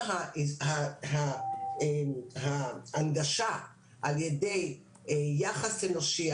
גם ההנגשה על ידי יחס אנושי,